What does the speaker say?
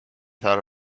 thought